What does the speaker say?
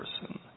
person